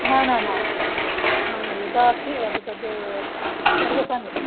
न न न यदा अस्ति तद् सर्वेसमये